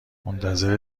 منتظر